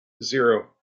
zero